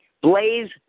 blaze